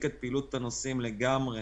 הפסיקה לגמרי